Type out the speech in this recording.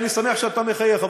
אני שמח שאתה מחייך,